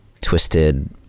twisted